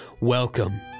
Welcome